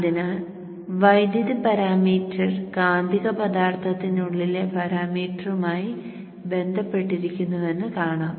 അതിനാൽ വൈദ്യുത പാരാമീറ്റർ കാന്തിക പദാർത്ഥത്തിനുള്ളിലെ പാരാമീറ്ററുമായി ബന്ധപ്പെട്ടിരിക്കുന്നുവെന്ന് കാണാം